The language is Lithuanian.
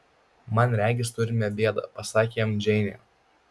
man regis turime bėdą pasakė jam džeinė